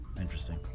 Interesting